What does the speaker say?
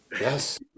Yes